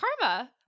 karma